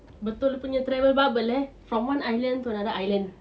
betul punya travel bubble eh from one island to another island